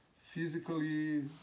physically